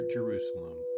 Jerusalem